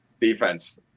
Defense